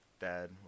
dad